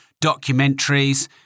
documentaries